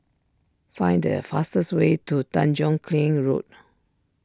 find the fastest way to Tanjong Kling Road